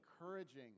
encouraging